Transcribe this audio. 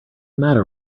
matter